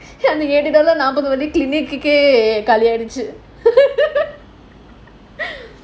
eat என்னோட:ennoda eighty dollar number திண்றதுக்கே காலி ஆயிடுச்சு:thindrathukkae kaali aayiduchu